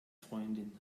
freundin